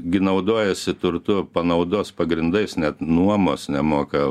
gi naudojasi turtu panaudos pagrindais net nuomos nemoka